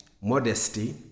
modesty